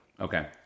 Okay